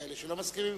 כאלה שלא מסכימים,